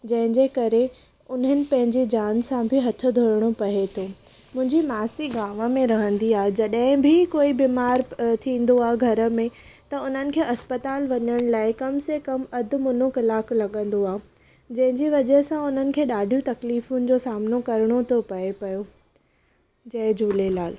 जंहिंजे करे उन्हनि पंहिंजे जान सां बि हथु धोइणो पए थो मुंहिंजी मासी गांव में रहंदी आहे जॾहिं बि कोई बीमार थींदो आहे घर में त उन्हनि खे अस्पताल वञण लाए कम से कम अधु मुनो कलाक लॻंदो आहे जंहिंजे वजह सां उन्हनि खे ॾाढियूं तकलीफ़ुनि जो सामनो करणो थो पए पियो जय झूलेलाल